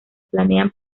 planean